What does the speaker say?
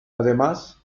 además